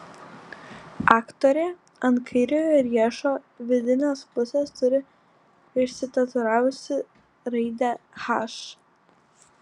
aktorė ant kairiojo riešo vidinės pusės turi išsitatuiravusi raidę h